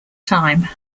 time